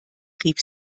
rief